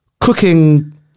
cooking